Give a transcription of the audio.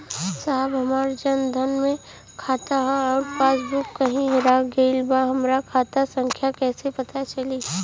साहब हमार जन धन मे खाता ह अउर पास बुक कहीं हेरा गईल बा हमार खाता संख्या कईसे पता चली?